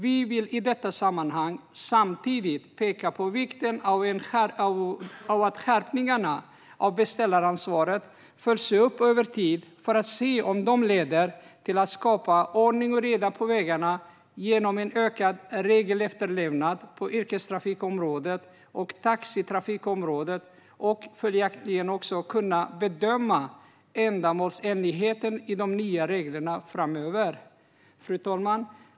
Vi vill i detta sammanhang samtidigt peka på vikten av att man följer upp skärpningarna av beställaransvaret över tid för att se om de leder till att skapa ordning och reda på vägarna genom en ökad regelefterlevnad på yrkestrafikområdet och taxitrafikområdet. På så sätt kan man följaktligen också bedöma ändamålsenligheten i de nya reglerna framöver. Fru talman!